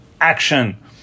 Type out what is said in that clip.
action